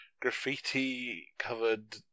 graffiti-covered